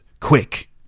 Quick